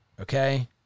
okay